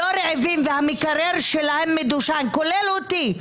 והמקרר שלהם מדושן, כולל אותי.